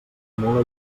mula